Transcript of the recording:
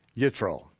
yitro.